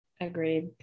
Agreed